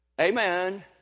Amen